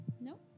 Nope